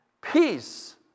Peace